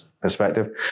perspective